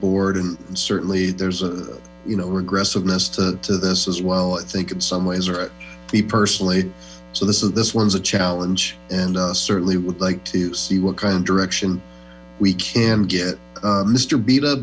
board and certainly there's a you know aggressiveness to this as well i think in some ways or at the personally so this is this one's a challenge and certainly would like to see what kind of direction we ca get mister beat up